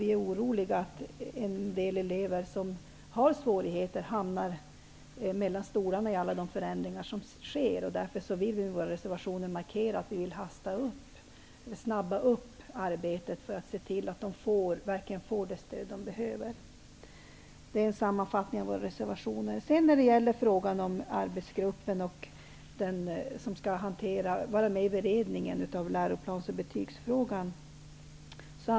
Vi är oroliga för att en del elever som har svårigheter hamnar mellan två stolar i alla de förändringar som sker. Vi vill därför med våra reservationer markera att vi vill snabba upp arbetet med att se till att de verkligen får det stöd de behöver. Det är en sammanfattning av våra reservationer. Bo Arvidson använder ordet förankring när han talar om den arbetsgrupp som skall vara med i beredningen av läroplans och betygsfrågan.